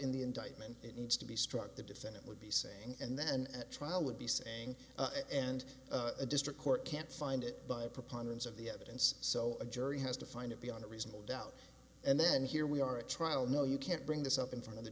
in the indictment it needs to be struck the defendant would be saying and then at trial obese and and the district court can't find it by preponderance of the evidence so a jury has to find it beyond a reasonable doubt and then here we are at trial no you can't bring this up in front of the